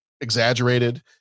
exaggerated